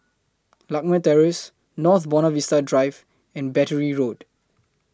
Lakme Terrace North Buona Vista Drive and Battery Road